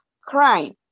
crime